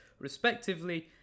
respectively